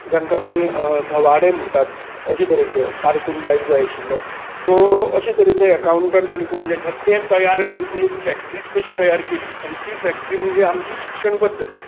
ज्यांकां आमी धवाडे म्हणटात अशे तरेचे कारकून टायप जाय आशिल्ले सो अशे तरेचे एकांउटंट आनी कोण जे आसात ते तयार करपी एक फेक्ट्रीच अशी तयार केली आनी ती फेक्ट्री म्हणजे आमची शिक्षण पद्दत